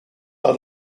are